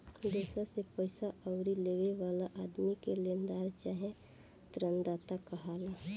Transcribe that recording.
दोसरा से पईसा उधारी लेवे वाला आदमी के लेनदार चाहे ऋणदाता कहाला